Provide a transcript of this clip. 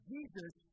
Jesus